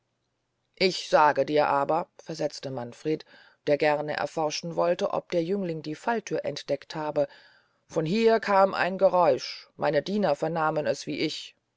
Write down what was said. ich sage dir aber versetzte manfred der gerne erforschen wollte ob der jüngling die fallthür entdeckt habe von hier kam das geräusch meine diener vernahmen es wie ich